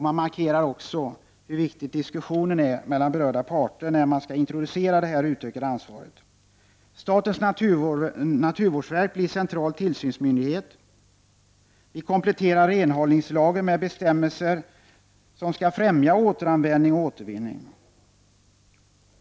Man markerar också hur viktig diskussionen är mellan berörda parter när dettta utökade ansvar skall introduceras. Statens naturvårdsverk blir central tillsynsmyndighet. Renhållningslagen kompletteras med bestämmelser som skall främja återanvändning och återvinning.